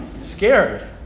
scared